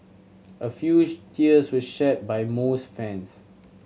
a few tears were shed by most fans